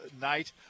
night